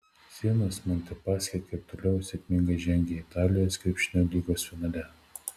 sienos montepaschi ir toliau sėkmingai žengia italijos krepšinio lygos finale